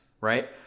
right